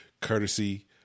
courtesy